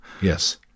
Yes